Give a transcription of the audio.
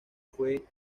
fue